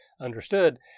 understood